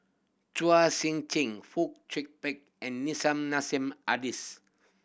Chua Sian Chin and Nissim Nassim Adis